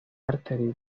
aunque